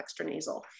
extranasal